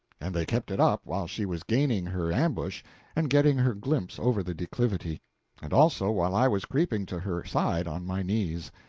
and they kept it up while she was gaining her ambush and getting her glimpse over the declivity and also while i was creeping to her side on my knees.